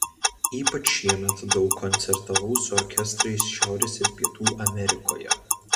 ypač šiemet daug koncertavau su orkestrais šiaurės ir pietų amerikoje